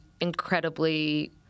incredibly